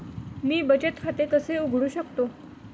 मी बचत खाते कसे उघडू शकतो?